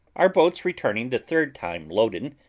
our boats returning the third time loaden,